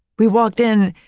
we walked in.